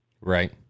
right